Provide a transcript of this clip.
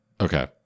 Okay